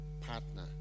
partner